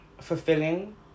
fulfilling